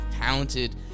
talented